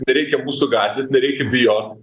nereikia mūsų gąsdint nereikia bijot